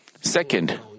Second